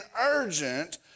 urgent